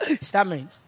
stammering